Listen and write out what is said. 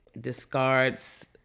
discards